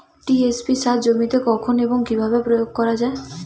TSP সার জমিতে কখন এবং কিভাবে প্রয়োগ করা য়ায়?